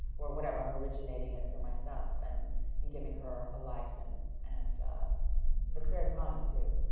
or whatever, i'm originating it for myself and and giving her a life and and it's very fun to do.